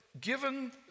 given